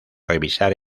revisar